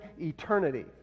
eternity